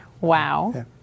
Wow